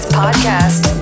podcast